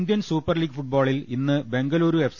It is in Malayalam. ഇന്ത്യൻ സൂപ്പർലീഗ് ഫുട്ബോളിൽ ഇന്ന് ബെങ്കലൂരൂ എഫ്